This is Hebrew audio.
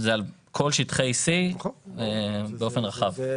--- זה על כל שטחי C באופן רחב.